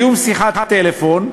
קיום שיחות טלפון,